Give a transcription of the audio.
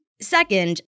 second